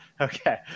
Okay